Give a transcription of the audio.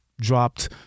dropped